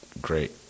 great